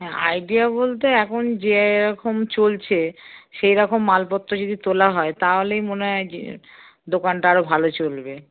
হ্যাঁ আইডিয়া বলতে এখন যে এরকম চলছে সেই রকম মালপত্র যদি তোলা হয় তাহলেই মনে হয় যে দোকানটা আরও ভালো চলবে